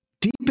deep